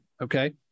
Okay